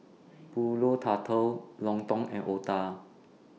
Pulut Tatal Lontong and Otah